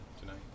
tonight